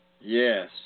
Yes